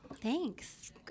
Thanks